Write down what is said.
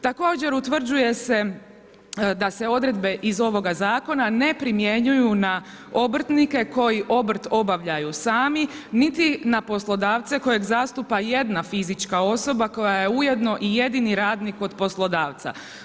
Također utvrđuje da se odredbe iz ovoga zakona ne primjenjuju na obrtnike koji obrt obavljaju sami niti na poslodavce kojeg zastupa jedna fizička osoba koja je ujedno i jedini radnik kod poslodavca.